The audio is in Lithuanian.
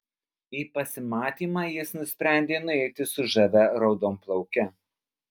į pasimatymą jis nusprendė nueiti su žavia raudonplauke